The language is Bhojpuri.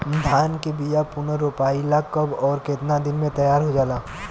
धान के बिया पुनः रोपाई ला कब और केतना दिन में तैयार होजाला?